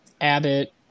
Abbott